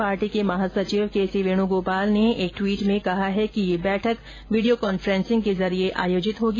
party के महासचिव K C Venugopal ने एक ट्वीट में कहा है कि यह बैठक वीडियो कॉन्फ्रेंसिंग के जरिये आयोजित होगी